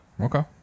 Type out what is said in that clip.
Okay